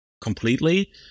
completely